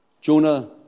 Jonah